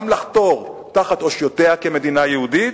גם לחתור תחת אושיותיה כמדינה יהודית,